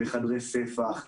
בחדרי ספח,